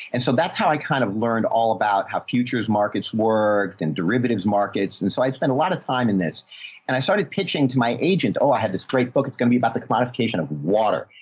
and so that's how i kind of learned all about how futures markets worked and derivatives markets. and so i spent a lot of time in this and i started pitching to my agent, oh, i had this great book. it's going to be about the commodification of water,